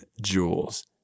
jewels